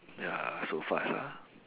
ya so fast ah